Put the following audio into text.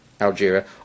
Algeria